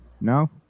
No